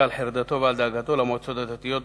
על חרדתו ועל דאגתו למועצות הדתיות,